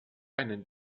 einen